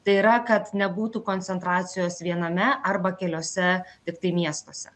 tai yra kad nebūtų koncentracijos viename arba keliuose tiktai miestuose